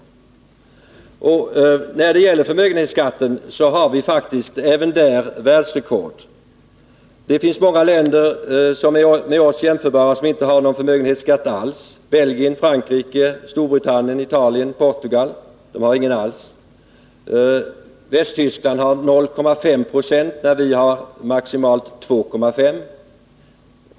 Även när det gäller förmögenhetsskatten har vi faktiskt världsrekord. Det finns många med oss jämförbara länder som inte har någon förmögenhetsskatt alls: Belgien, Frankrike, Storbritannien, Italien, Portugal. Västtyskland har 0,5 96 där vi har maximalt 2,5 20.